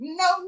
no